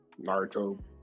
naruto